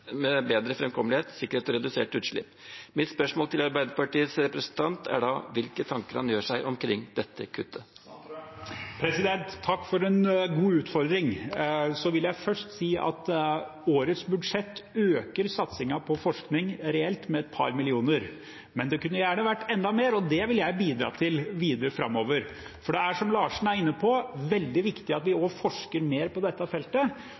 med bedre framkommelighet og sikkerhet og reduserte utslipp. Mitt spørsmål til Arbeiderpartiets representant er da: Hvilke tanker gjør han seg omkring dette kuttet? Takk for en god utfordring. Jeg vil først si at årets budsjett øker satsingen på forskning reelt med et par millioner kroner. Det kunne gjerne vært enda mer, og det vil jeg bidra til videre framover, for det er, som Larsen er inne på, veldig viktig at vi forsker mer på dette feltet.